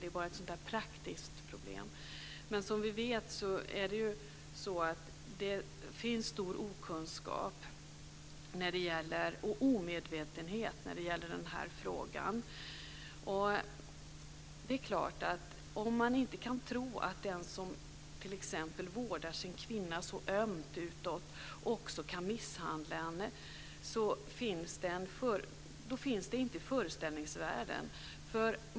Det är bara ett sådant här praktiskt problem. Som vi vet finns det en stor okunskap och omedvetenhet när det gäller den här frågan. Det är klart att om man inte kan tro att den som t.ex. vårdar sin kvinna så ömt utåt också kan misshandla henne så finns inte detta i föreställningsvärlden.